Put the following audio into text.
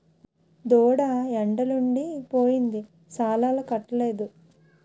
దూడ ఎండలుండి పోయింది సాలాలకట్టలేదు